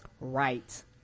Right